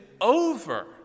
over